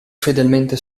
fedelmente